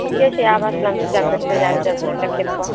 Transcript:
ठीकै छै आबह स्नान पूजा करि कऽ आबि जायब लै लेल खेतपर